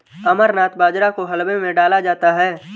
अमरनाथ बाजरा को हलवे में डाला जाता है